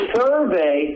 survey